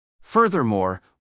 Furthermore